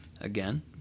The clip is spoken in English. Again